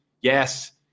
yes